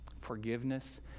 Forgiveness